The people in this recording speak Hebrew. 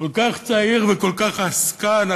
כל כך צעיר וכל כך עסקן.